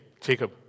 Jacob